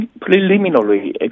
preliminary